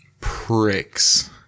pricks